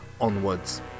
onwards